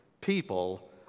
people